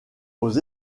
aux